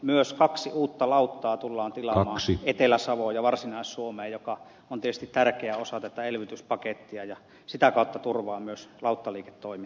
myös kaksi uutta lauttaa tullaan tilaamaan etelä savoon ja varsinais suomeen mikä on tietysti tärkeä osa tätä elvytyspakettia ja sitä kautta turvaa myös lauttaliiketoiminnan